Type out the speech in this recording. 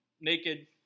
naked